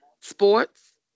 sports